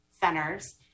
centers